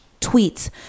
tweets